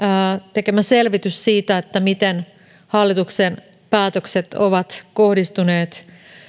tekemä selvitys siitä miten hallituksen päätökset ovat kohdistuneet